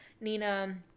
Nina